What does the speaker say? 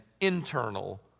internal